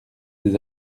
des